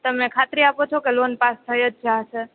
તમે ખાતરી આપો છો કે લોન પાસ થઈજ જાશે